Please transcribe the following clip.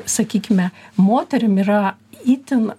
sakykime moterim yra itin